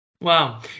Wow